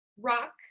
rock